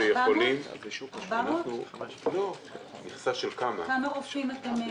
כמה רופאים אתם צריכים?